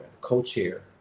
co-chair